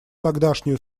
тогдашнюю